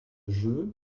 jeu